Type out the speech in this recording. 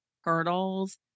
hurdles